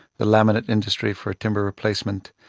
the laminate industry for timber replacement,